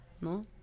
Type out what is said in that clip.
no